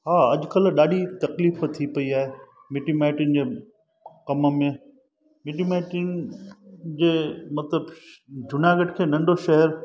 हा अॼुकल्ह ॾाढी तकलीफ़ थी पेई आहे मिट माइटनि जे कमु में मिटी माइटियुनि जे मतलबु जूनागढ़ खे नंढो शहर